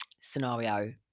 scenario